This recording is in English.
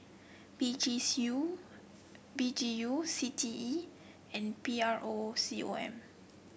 P G P G U C T E and P R O C O M